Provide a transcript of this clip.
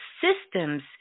systems